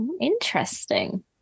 Interesting